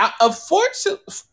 unfortunately